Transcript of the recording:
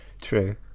True